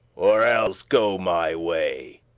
or elles go my way!